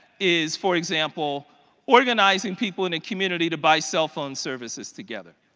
is for example organizing people in a community to buy cell phone services together.